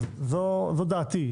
זו דעתי.